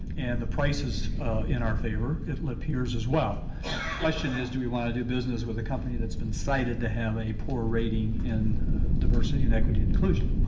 and the price is in our favor, it appears as well. the question is, do we want to to business with a company that's been cited to have a poor rating in diversity and equity inclusion.